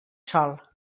sol